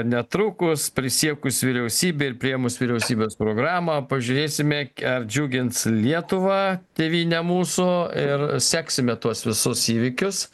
netrukus prisiekus vyriausybei ir priėmus vyriausybės programą pažiūrėsime ar džiugins lietuvą tėvynę mūsų ir seksime tuos visus įvykius